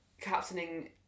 captaining